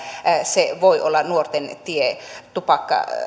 se voi olla nuorten tie